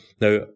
Now